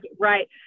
right